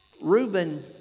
Reuben